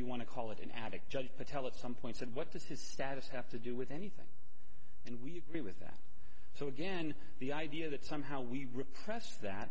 you want to call it an addict judge patel at some point said what does his status have to do with anything and we agree with that so again the idea that somehow we repress that